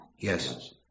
Yes